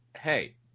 hey